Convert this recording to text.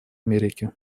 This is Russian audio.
америки